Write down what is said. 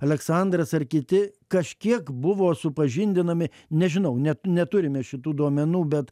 aleksandras ar kiti kažkiek buvo supažindinami nežinau net neturime šitų duomenų bet